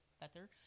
better